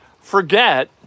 forget